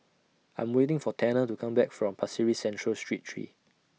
I'm waiting For Tanner to Come Back from Pasir Ris Central Street three